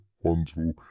wonderful